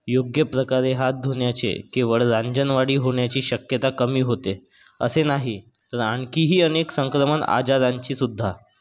योग्य प्रकारे हात धुण्याचे केवळ रांजणवाडी होण्याची शक्यता कमी होते असे नाही तर आणखीही अनेक संक्रमण आजारांची सुद्धा